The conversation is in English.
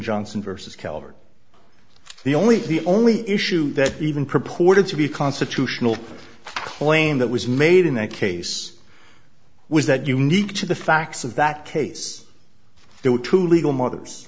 johnson versus colored the only the only issue that even purported to be constitutional claim that was made in that case was that unique to the facts of that case there were two legal matters